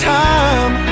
time